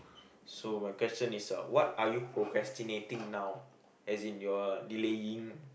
so my question is a what are you procrastinating now as in you're delaying